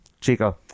Chico